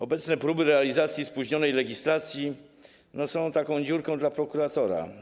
Obecne próby realizacji spóźnionej legislacji są taką dziurką dla prokuratora.